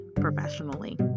professionally